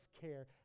care